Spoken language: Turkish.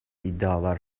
iddialar